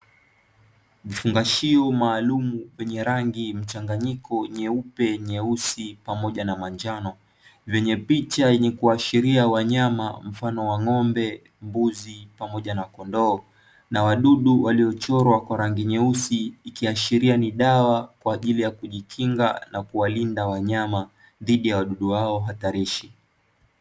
Vifungashio maalumu vyenye rangi mchanganyiko nyeupe, nyeusi pamoja na manjano. Vyenye picha yenye kuashiria wanyama mfano wa: ng'ombe, mbuzi pamoja na kondoo; na wadudu waliochorwa kwa rangi nyeusi, ikiashiria ni dawa kwa ajili ya kujikinga na kuwalinda wanyama dhidi ya wadudu hao hatarishi.